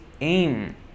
aim